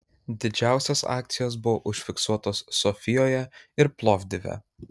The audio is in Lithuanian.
didžiausios akcijos buvo užfiksuotos sofijoje ir plovdive